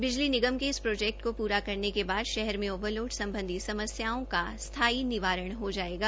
बिजली निगम के इस प्रोजेक्ट के पूरा होने के बाद शहर में ओवरलोड संबंधी समस्याओं का स्थाई निवारण हो जाएगा